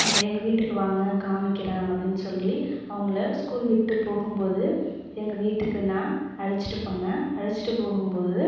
எங்கள் வீட்டுக்கு வாங்க காமிக்கிறேன் அப்படின் சொல்லி அவங்களை ஸ்கூல் விட்டு போகும்போது எங்கள் வீட்டுக்கு நான் அழைச்சிட்டு போனேன் அழைச்சிட்டு போகும்போது